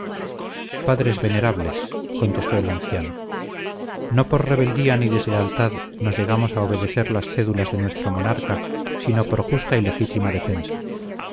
padres venerables contestó el anciano no por rebeldía ni deslealtad nos negamos a obedecer las cédulas de nuestro monarca sino por justa y legítima defensa